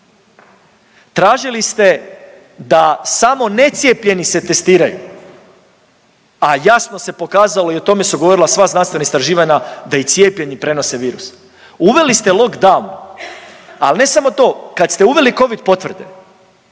Tražili ste da samo necijepljeni se testiraju, a jasno se pokazalo i o tome su govorila sva znanstvena istraživanja da i cijepljeni prenose virus. Uveli ste lock down, al ne samo to, kad ste uveli Covid potvrde,